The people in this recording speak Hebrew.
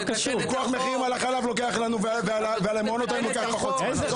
פיקוח מחירים על החלב ועל מעונות יום לוקח פחות זמן.